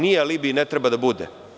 Nije alibi i ne treba da bude.